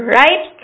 right